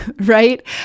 right